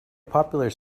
popular